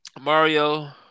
Mario